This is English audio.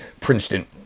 Princeton